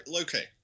Okay